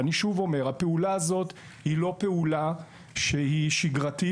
הפעולה הזו היא לא פעולה שגרתית,